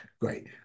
great